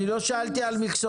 אני לא שאלתי על מכסות,